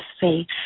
faith